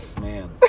Man